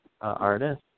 artist